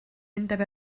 undeb